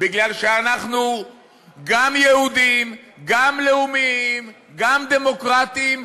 כי אנחנו גם יהודים, גם לאומיים, גם דמוקרטיים,